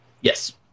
Yes